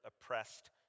oppressed